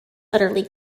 utterly